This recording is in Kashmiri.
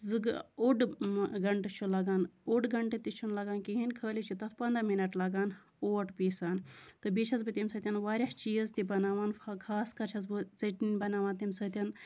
زٕ اوٚڈ گَنٹہٕ چھُ لَگان اوٚڈ گَنٹہٕ تہِ چھُنہٕ لَگان کِہیٖنۍ خٲلی چھِ تَتھ پَنداہ مِنٹ لَگان اوٹ پیٖسان تہٕ بیٚیہِ چھَس بہٕ تَمہِ سۭتۍ واریاہ چیٖز تہِ بَناوان خاص کر چھَس بہٕ ژیٹِنۍ بَناوان تَمہِ سۭتۍ